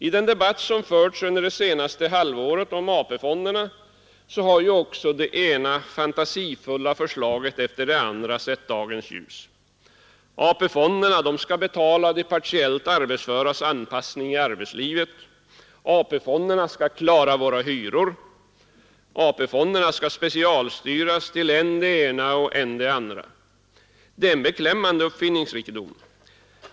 I den debatt som förts under det senaste halvåret om AP-fonderna har också det ena fantasifulla förslaget efter det andra sett dagens ljus. AP-fonderna skall betala de partiellt arbetsföras anpassning i arbetslivet, AP-fonderna skall klara våra hyror, AP-fonderna skall specialstyras till än det ena och än det andra. Det är en beklämmande uppfinningsrikedom.